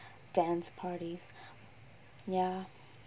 dance parties ya